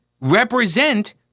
represent